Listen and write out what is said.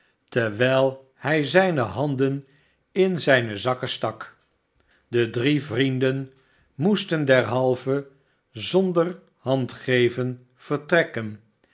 terwijl hij zijne handen in zijne zakken stak de drie vrienden moesten derhalve zonder handgeven vertrekken